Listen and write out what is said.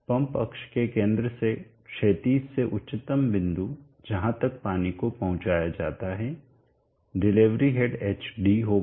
pump अक्ष के केंद्र से क्षैतिज से उच्चतम बिंदु जहां तक पानी को पहुंचाया जाता है डिलीवरी हेड hd होगा